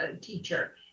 teacher